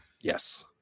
Yes